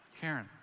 Karen